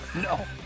no